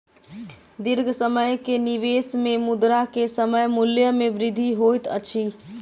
दीर्घ समय के निवेश में मुद्रा के समय मूल्य में वृद्धि होइत अछि